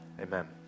Amen